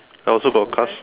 I also got cast